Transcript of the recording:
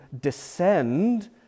descend